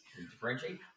Differentiate